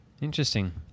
Interesting